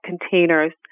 containers